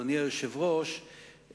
אדוני היושב-ראש,